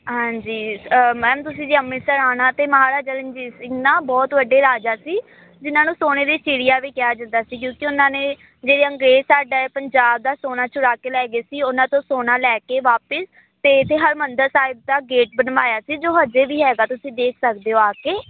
ਹਾਂਜੀ ਮੈਮ ਤੁਸੀਂ ਜੀ ਅੰਮ੍ਰਿਤਸਰ ਆਉਣਾ ਤਾਂ ਮਹਾਰਾਜਾ ਰਣਜੀਤ ਸਿੰਘ ਨਾ ਬਹੁਤ ਵੱਡੇ ਰਾਜਾ ਸੀ ਜਿਨਾਂ ਨੂੰ ਸੋਨੇ ਦੀ ਚਿੜੀਆ ਵੀ ਕਿਹਾ ਜਾਂਦਾ ਸੀ ਕਿਉਂਕਿ ਉਹਨਾਂ ਨੇ ਜਿਹੜੇ ਅੰਗਰੇਜ਼ ਸਾਡਾ ਹੈ ਪੰਜਾਬ ਦਾ ਸੋਨਾ ਚੁਰਾ ਕੇ ਲੈ ਗਏ ਸੀ ਉਹਨਾਂ ਤੋਂ ਸੋਨਾ ਲੈ ਕੇ ਵਾਪਿਸ ਅਤੇ ਇੱਥੇ ਹਰਿਮੰਦਰ ਸਾਹਿਬ ਦਾ ਗੇਟ ਬਣਵਾਇਆ ਸੀ ਜੋ ਅਜੇ ਵੀ ਹੈਗਾ ਤੁਸੀਂ ਦੇਖ ਸਕਦੇ ਹੋ ਆ ਕੇ